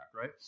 right